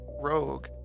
rogue